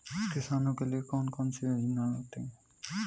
किसानों के लिए कौन कौन सी योजनायें होती हैं?